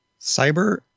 Cyber